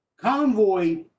convoy